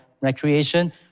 recreation